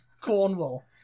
Cornwall